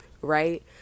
right